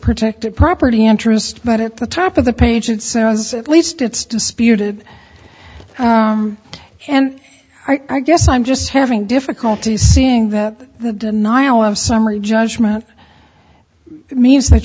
protected property interest but at the top of the page and sounds at least it's disputed and i guess i'm just having difficulty seeing that the denial of summary judgment it means that